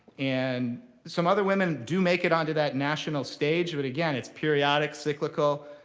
and some other women do make it onto that national stage. but again, it's periodic, cyclical.